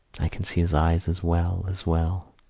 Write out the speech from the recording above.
i can see his eyes as well as well!